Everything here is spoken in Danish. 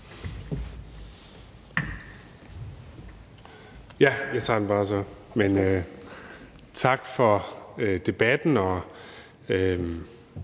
Tak for det, og